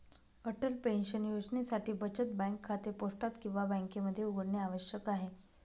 Atal pension योजनेसाठी बचत bank खाते पोस्टात किंवा बँकेमध्ये उघडणे आवश्यक आहे